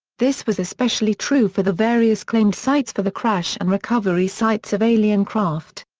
this was especially true for the various claimed sites for the crash and recovery sites of alien craft.